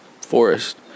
forest